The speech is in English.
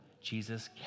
Jesus